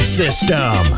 system